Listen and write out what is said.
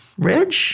Reg